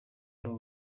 babo